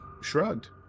shrugged